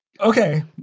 Okay